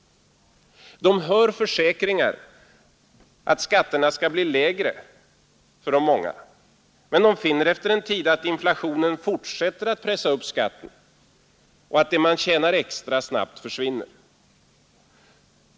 De hör försäkringar att skatterna skall bli lägre för de många, men de finner efter en tid att inflationen fortsätter att pressa upp skatten och att det man tjänar extra snabbt försvinner.